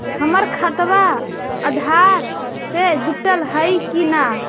हमर खतबा अधार से जुटल हई कि न?